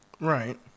Right